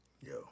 yo